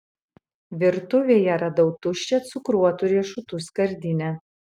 virtuvėje radau tuščią cukruotų riešutų skardinę